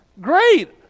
great